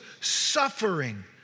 suffering